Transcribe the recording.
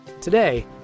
Today